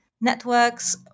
networks